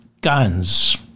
guns